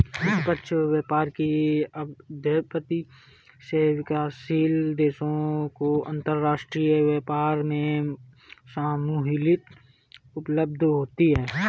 निष्पक्ष व्यापार की पद्धति से विकासशील देशों को अंतरराष्ट्रीय व्यापार में सहूलियत उपलब्ध होती है